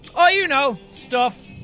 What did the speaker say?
ah you know, stuff.